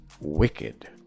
wicked